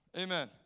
Amen